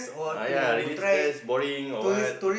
uh ya relieve stress boring or what